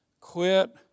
quit